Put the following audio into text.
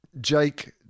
jake